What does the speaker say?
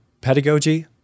pedagogy